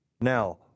Now